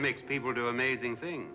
it makes people do amazing thing